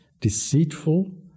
deceitful